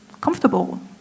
comfortable